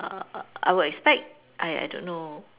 err I would expect I don't know